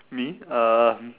me um